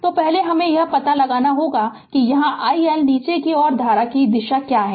तो पहले हमें यह पता लगाना होगा कि यहाँ I L नीचे की ओर धारा की यह दिशा क्या है